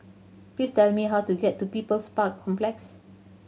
please tell me how to get to People's Park Complex